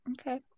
okay